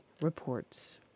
reports